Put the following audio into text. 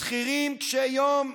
שכירים קשי יום,